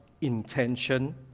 intention